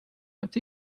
with